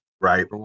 Right